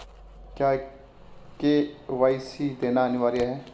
क्या के.वाई.सी देना अनिवार्य है?